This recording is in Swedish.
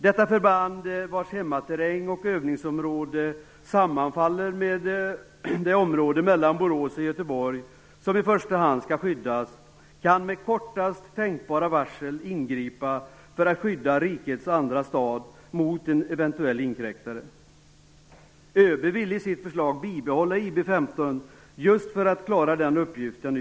Detta förband, vars hemmaterräng och övningsområde sammanfaller med det område mellan Borås och Göteborg som i första hand skall skyddas, kan med kortast tänkbara varsel ingripa för att skydda rikets andra stad mot en eventuell inkräktare. ÖB vill i sitt förslag behålla IB 15 just för att klara den uppgiften.